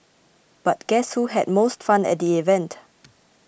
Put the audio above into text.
but guess who had the most fun at the event